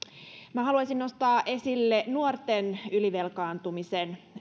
minä haluaisin nostaa esille nuorten ylivelkaantumisen